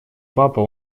папа